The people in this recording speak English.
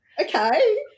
okay